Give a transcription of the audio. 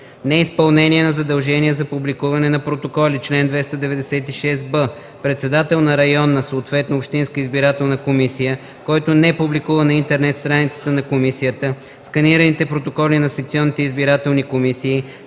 Неизпълнение на задължение за публикуване на протоколи Чл. 296б. Председател на районна, съответно общинска избирателна комисия, който не публикува на интернет страницата на комисията сканираните протоколи на секционните избирателни комисии,